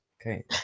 Okay